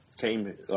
came